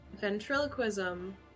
Ventriloquism